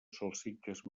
salsitxes